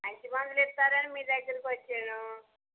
మంచి మందులు ఇస్తారని మీ దగ్గరికి వచ్చాను